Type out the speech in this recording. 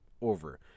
over